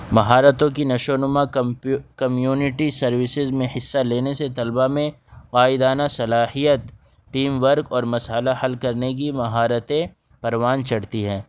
مہارتوں کی نشو و نما کمپیو کمیونٹی سروسز میں حصہ لینے سے طلبا میں قائدانہ صلاحیت ٹیم ورک اور مسئلہ حل کرنے کی مہارتیں پروان چڑھتی ہیں